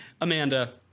Amanda